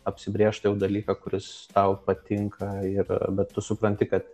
apsibrėžtą jau dalyką kuris tau patinka ir arba tu supranti kad